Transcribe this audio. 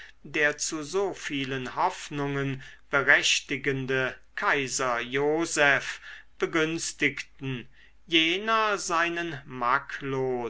der zu so vielen hoffnungen berechtigende kaiser joseph begünstigten jener seinen macklot